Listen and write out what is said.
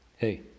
Hey